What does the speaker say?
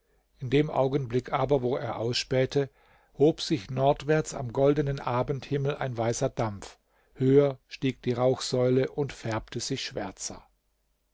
in dem augenblick aber wo er ausspähte hob sich nordwärts am goldenen abendhimmel ein weißer dampf höher stieg die rauchsäule und färbte sich schwärzer